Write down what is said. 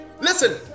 listen